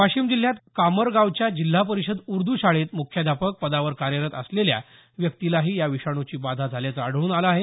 वाशिम जिल्ह्यात कामरगांवच्या जिल्हा परिषद उर्दू शाळेत मुख्याध्यापक पदावर कार्यरत असलेल्या व्यक्तीलाही या विषाणूची बाधा झाल्याचं आढळून आलं आहे